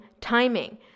timing